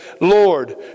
Lord